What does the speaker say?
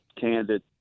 candid